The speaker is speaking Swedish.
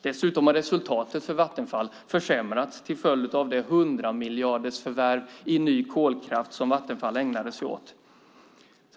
Dessutom har resultatet för Vattenfall försämrats till följd av det 100-miljardersförvärv i ny kolkraft som man har ägnat sig åt.